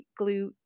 glute